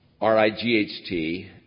R-I-G-H-T